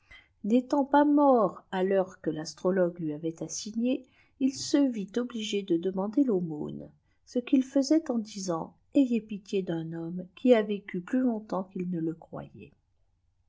n'étant pu mort à i'heure que l'astrologue lui avait assignée il se vit obligé de demander taumône ce qu'il faisait en disant yez bitfé d vm bimame qui a vécu plus longtemps qu'il ne